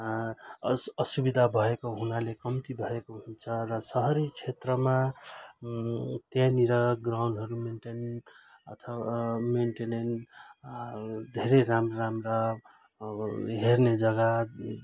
अस असुविधा भएको हुनाले कम्ती भएको हुन्छ र सहरी क्षेत्रमा त्यहाँनिर ग्राउन्डहरू मेन्टेन अथवा मेन्टेनेन धेरै राम्रा राम्रा हेर्ने जग्गा